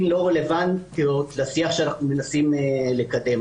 לא רלוונטיות לשיח שאנחנו מנסים לקדם.